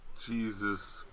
Jesus